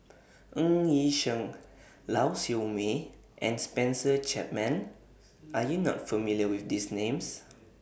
Ng Yi Sheng Lau Siew Mei and Spencer Chapman Are YOU not familiar with These Names